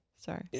Sorry